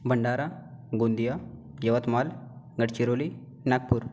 Bhandara Gondia Yavatmal Gadchiroli Nagpur